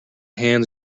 hands